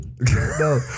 no